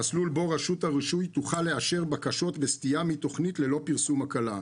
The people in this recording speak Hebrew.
מסלול בו רשות הרישוי תוכל לאשר בקשות בסטייה מתכנית ללא פרסום הקלה.